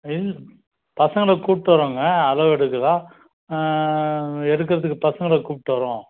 இல்ல பசங்களை கூபிட்டு வர்றோங்க அளவு எடுக்கலாம் எடுக்கிறதுக்கு பசங்களை கூப்பிட்டு வர்றோம்